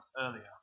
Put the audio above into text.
earlier